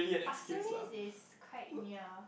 Pasir-Ris is quite near